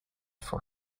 for